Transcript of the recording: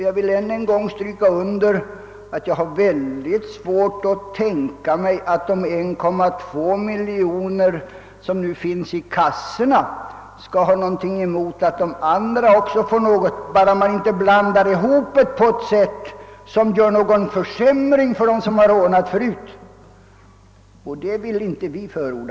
Jag vill än en gång stryka under att jag har ytterst svårt att tänka mig att de 1,2 miljon människor, som nu tillhör kassorna, skall ha något att invända emot att andra också får någon ersättning — bara man inte blandar ihop grupperna på ett sätt som innebär försämring för dem som har ordnat denna fråga förut.